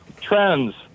Trends